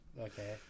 Okay